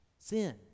sin